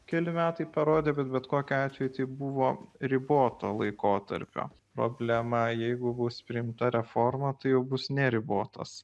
keli metai parodė kad bet kokiu atveju tai buvo riboto laikotarpio problema jeigu bus priimta reforma tai jau bus neribotas